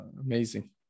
amazing